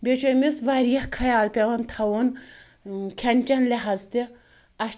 بیٚیہِ چھُ أمِس واریاہ خیال پیٚوان تھاوُن کھیٚن چیٚن لِحاظ تہِ اسہِ